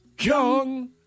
Young